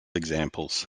examples